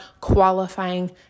qualifying